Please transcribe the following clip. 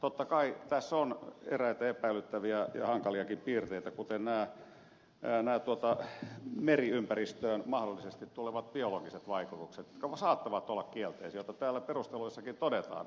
totta kai tässä on eräitä epäilyttäviä ja hankaliakin piirteitä kuten nämä meriympäristöön mahdollisesti tulevat biologiset vaikutukset jotka saattavat olla kielteisiä mikä täällä perusteluissakin todetaan